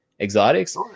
exotics